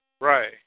Right